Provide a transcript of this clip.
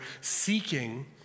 seeking